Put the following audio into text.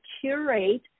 curate